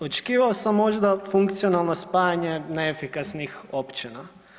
Očekivao sam možda funkcionalno spajanje neefikasnih općina.